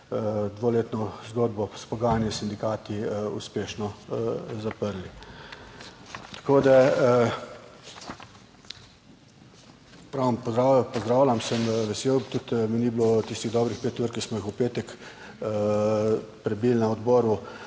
dvoletno zgodbo s pogajanji s sindikati uspešno zaprli. Tako da pozdravljam, sem vesel, tudi mi ni bilo tistih dobrih 5 ur, ki smo jih v petek prebili na odboru,